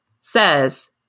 says